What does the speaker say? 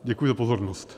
Děkuji za pozornost.